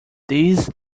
these